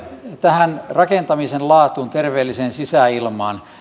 tähän rakentamisen laatuun terveelliseen sisäilmaan